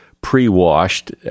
pre-washed